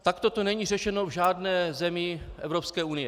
Takto to není řešeno v žádné zemi Evropské unie.